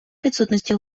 відсутності